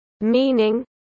meaning